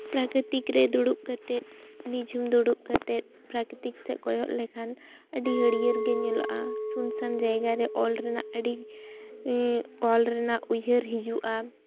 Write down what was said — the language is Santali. ᱯᱨᱟᱠᱨᱤᱛᱤᱠ ᱨᱮ ᱫᱩᱲᱩᱵ ᱠᱟᱛᱮᱫ ᱱᱤᱡᱷᱩᱢ ᱫᱩᱲᱩᱵ ᱠᱟᱛᱮᱫ ᱯᱨᱟᱠᱨᱤᱛᱤᱠ ᱥᱮᱫ ᱠᱚᱭᱚᱜ ᱞᱮᱠᱷᱟᱱ ᱟᱹᱰᱚ ᱦᱟᱹᱨᱭᱟᱹᱲ ᱜᱮ ᱧᱮᱞᱚᱜᱼᱟ ᱥᱩᱱ ᱥᱟᱱ ᱡᱟᱭᱜᱟ ᱨᱮ ᱚᱞ ᱨᱮᱱᱟᱜ ᱟᱹᱰᱤ ᱚᱞ ᱨᱮᱱᱟᱜ ᱩᱭᱦᱟᱹᱨ ᱦᱤᱡᱩᱜᱼᱟ